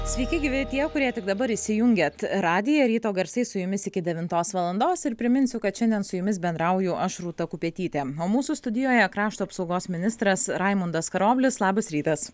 sveiki gyvi tie kurie tik dabar įsijungėt radiją ryto garsai su jumis iki devintos valandos ir priminsiu kad šiandien su jumis bendrauju aš rūta kupetytė mūsų o studijoje krašto apsaugos ministras raimundas karoblis labas rytas